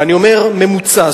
ואני אומר: ממוצע,